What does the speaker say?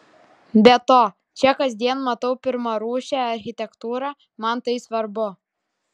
be to čia kasdien matau pirmarūšę architektūrą man tai svarbu